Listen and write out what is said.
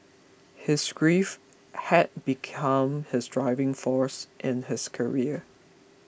his grief had become his driving force in his career